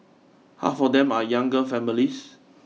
half of them are younger families